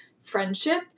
friendship